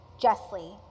justly